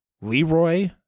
Leroy